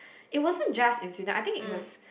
it wasn't just in Sweden I think it was